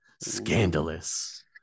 scandalous